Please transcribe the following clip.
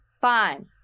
Fine